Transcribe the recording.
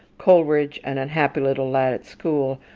coleridge, an unhappy little lad at school,